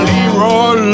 Leroy